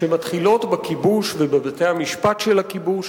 שמחלחלות בכיבוש ובבתי-המשפט של הכיבוש,